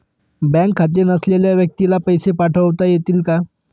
Bank खाते नसलेल्या व्यक्तीला पैसे पाठवता येतील का?